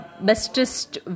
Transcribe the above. bestest